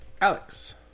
Alex